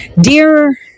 Dear